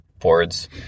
boards